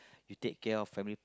you take care of family